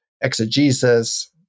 exegesis